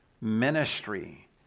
ministry